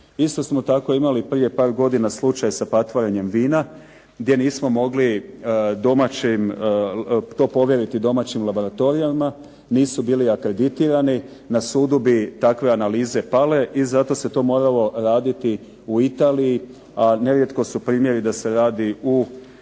Isto smo tako prije par godina imali slučaj sa patvorenjem vina, gdje nismo mogli to povjeriti domaćim laboratorijima, nisu bili akreditirani. Na sudu bi takve analize pale i zato se to moralo raditi u Italiji, a ne rijetko su primjeri da se radi u Austriji